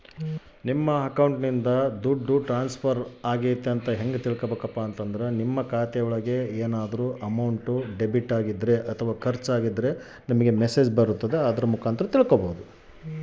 ನನ್ನ ಅಕೌಂಟಿಂದ ದುಡ್ಡು ಟ್ರಾನ್ಸ್ಫರ್ ಆದ್ರ ನಾನು ಹೆಂಗ ತಿಳಕಬೇಕು?